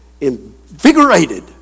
invigorated